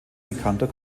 bekannter